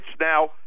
now